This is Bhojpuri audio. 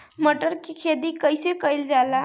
मटर के खेती कइसे कइल जाला?